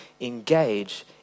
engage